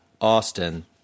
Austin